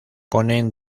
ponen